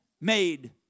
made